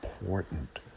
important